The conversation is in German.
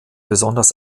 besonders